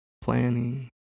planning